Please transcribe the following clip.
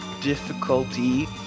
difficulty